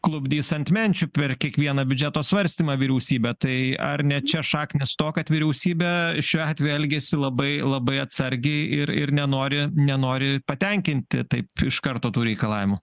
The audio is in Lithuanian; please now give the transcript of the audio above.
klupdys ant menčių per kiekvieną biudžeto svarstymą vyriausybę tai ar ne čia šaknys to kad vyriausybė šiuo atveju elgiasi labai labai atsargiai ir ir nenori nenori patenkinti taip iš karto tų reikalavimų